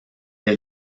est